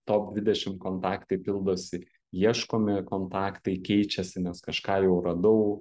top dvidešim kontaktai pildosi ieškomi kontaktai keičiasi nes kažką jau radau